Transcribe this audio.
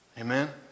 Amen